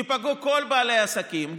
ייפגעו כל בעלי העסקים,